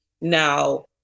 now